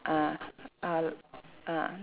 ah ah ah